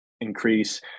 increase